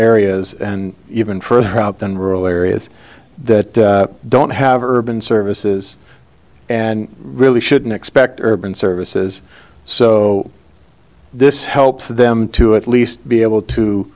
areas and even further out than rural areas that don't have urban services and really shouldn't expect urban services so this helps them to at least be able to